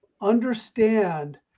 understand